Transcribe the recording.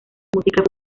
música